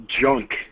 junk